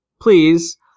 please